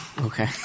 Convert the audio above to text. Okay